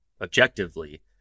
objectively